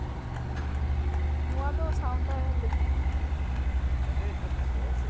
ᱱᱚᱣᱟᱸ ᱫᱚ ᱥᱟᱶᱛᱟ ᱨᱮ ᱞᱟᱹᱜᱤᱫ